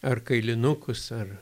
ar kailinukus ar